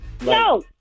No